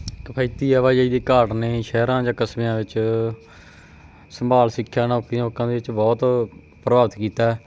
ਕਿਫਾਇਤੀ ਆਵਾਜਾਈ ਦੀ ਘਾਟ ਨੇ ਸ਼ਹਿਰਾਂ ਜਾਂ ਕਸਬਿਆਂ ਵਿੱਚ ਸੰਭਾਲ ਸਿੱਖਿਆ ਨੌਕਰੀਆਂ ਦੇ ਵਿੱਚ ਬਹੁਤ ਪ੍ਰਭਾਵਿਤ ਕੀਤਾ